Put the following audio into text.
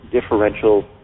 differential